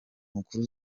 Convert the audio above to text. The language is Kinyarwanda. mukuru